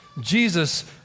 Jesus